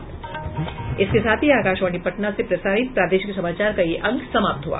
इसके साथ ही आकाशवाणी पटना से प्रसारित प्रादेशिक समाचार का ये अंक समाप्त हुआ